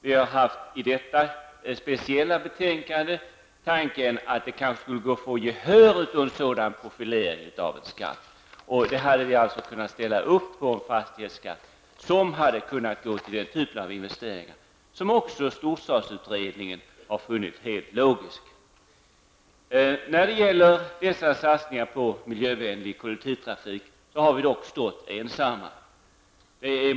Vi har i detta speciella betänkande haft tanken att det kanske skulle gå att få gehör för en sådan profilering av en skatt. Vi hade kunnat ställa upp på en fastighetsskatt som gått till den typen av investeringar, vilket också storstadsutredningen funnit helt logiskt. I fråga om satsningar på miljövänlig kollektivtrafik har vi dock stått ensamma.